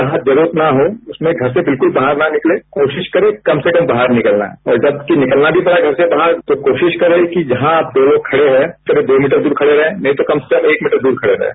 जहां जरूरत न हो उसमें घर से बिलक्ल बाहर न निकलें कोशिश करें कम से कम बाहर निकलना है और जबकि निकलना भी पड़े घर से बाहर तो कोशिश करें कि जहां आप दो लोग खड़े हैं करीब दो मीटर दूर खड़े रहें नहीं तो कम से कम एक मीटर दूर खड़े रहें